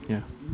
ya